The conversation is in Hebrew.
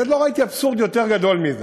אני עוד לא ראיתי אבסורד יותר גדול מזה.